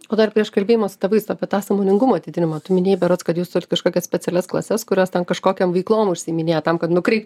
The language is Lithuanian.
o dar prieš kalbėjimą su tėvais apie tą sąmoningumo didinimą tu minėjai berods kad jūs turit kažkokias specialias klases kurios ten kažkokiom veiklom užsiiminėja tam kad nukreipt